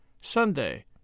Sunday